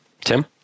Tim